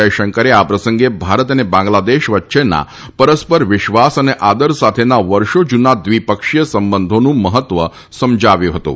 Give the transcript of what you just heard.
જયશંકરે આ પ્રસંગે ભારત અને બાંગ્લાદેશ વચ્ચેના પરસ્પર વિશ્વાસ અને આદર સાથેના વર્ષો જૂના દ્વિપક્ષીય સંબંધોનું મહત્વ સમજાવ્યું હતું